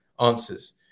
answers